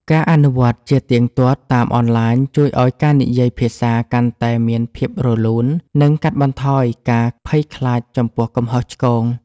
ការអនុវត្តជាទៀងទាត់តាមអនឡាញជួយឱ្យការនិយាយភាសាកាន់តែមានភាពរលូន និងកាត់បន្ថយការភ័យខ្លាចចំពោះកំហុសឆ្គង។